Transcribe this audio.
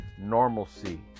normalcy